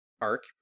arc